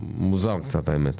מוזר קצת, האמת.